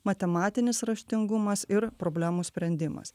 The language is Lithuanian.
matematinis raštingumas ir problemų sprendimas